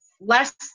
less